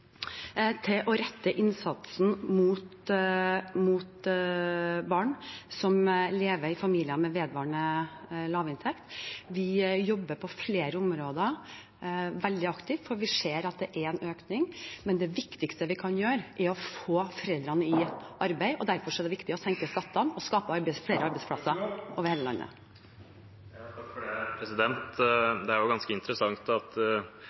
til å rette innsatsen mot barn som lever i familier med vedvarende lav inntekt. Vi jobber veldig aktivt på flere områder, for vi ser at det er en økning. Men det viktigste vi kan gjøre, er å få foreldre i arbeid, og derfor er det viktig å senke skattene og skape flere arbeidsplasser over hele landet. Det er ganske interessant at